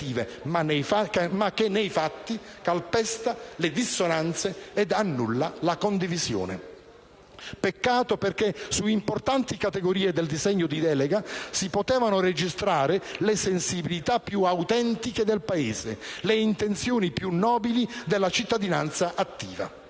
ma che nei fatti calpesta le dissonanze ed annulla la condivisione. Peccato, perché su importanti categorie del disegno di delega si potevano registrare le sensibilità più autentiche del Paese, le intenzioni più nobili della cittadinanza attiva.